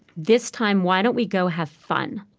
this time, why don't we go have fun?